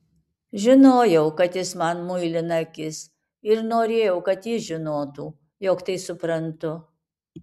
žinojau kad jis man muilina akis ir norėjau kad jis žinotų jog tai suprantu